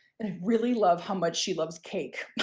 and i really love how much she loves cake.